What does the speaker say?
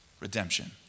Redemption